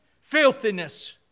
Filthiness